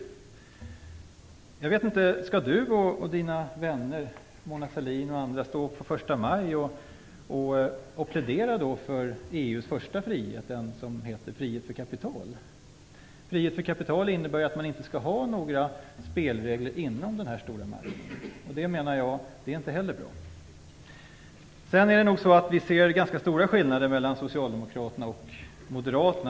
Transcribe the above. Skall Ingvar Carlsson och hans vänner, Mona Sahlin och andra, stå på första maj och plädera för EU:s första frihet, den som heter Frihet för kapital? Frihet för kapital innebär att man inte skall ha några spelregler inom den stora marknaden. Det är inte heller bra, anser jag. Det finns ganska stora skillnader mellan socialdemokraterna och moderaterna.